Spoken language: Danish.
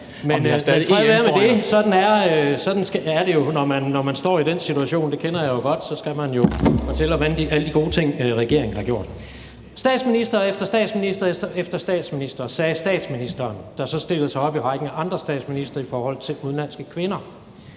det, sådan er det jo, når man står i den situation. Det kender jeg godt til; så skal man jo fortælle om alle de gode ting, regeringen har gjort. Statsminister efter statsminister efter statsminister, sagde statsministeren, der så stillede sig op i rækken af andre statsministre i forhold til udenlandske kvinder.